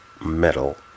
Metal